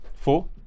Four